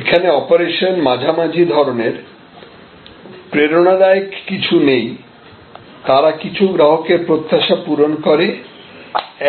এখানে অপারেশন মাঝামাঝি ধরনের প্রেরণাদায়ক কিছু নেই তারা কিছু গ্রাহকের প্রত্যাশা পূরণ করে